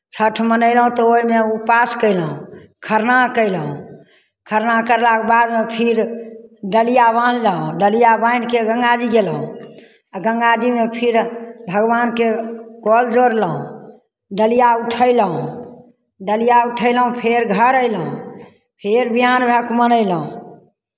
छठि मनयलहुँ तऽ ओहिमे उपवास कयलहुँ खरना कयलहुँ खरना करलाके बादमे फिर डलिया बान्हलहुँ डलिया बान्हि कऽ गङ्गाजी गयलहुँ आ गङ्गाजीमे फिर भगवानके कल जोड़लहुँ डलिया उठयलहुँ डलिया उठयलहुँ फेर घर अयलहुँ फेर विहान भऽ कऽ मनयलहुँ